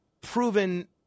proven